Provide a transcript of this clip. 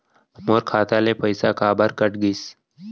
मोर खाता ले पइसा काबर कट गिस?